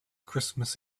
christmas